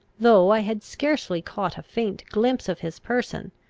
though i had scarcely caught a faint glimpse of his person,